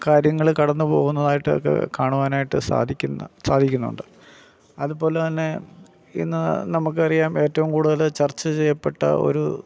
കാര്യങ്ങൾ കടന്ന് പോകുന്നതായിട്ടൊക്കെ കാണുവാനായിട്ട് സാധിക്കുന്ന സാധിക്കുന്നുണ്ട് അതുപോലെ തന്നെ ഇന്ന് നമുക്ക് അറിയാം ഏറ്റവും കൂടുൽ ചർച്ച ചെയ്യപ്പെട്ട ഒരു